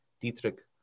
Dietrich